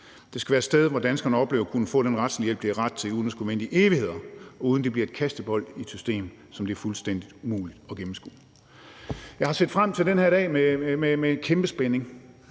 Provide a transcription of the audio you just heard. Det skal være et sted, hvor danskerne oplever at kunne få den retslige hjælp, de har ret til, uden at skulle vente i evigheder, og uden at de bliver kastebold i et system, som det er fuldstændig umuligt at gennemskue. Jeg har set frem til den her dag med kæmpe spænding